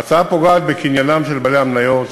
ההצעה פוגעת בקניינם של בעלי המניות,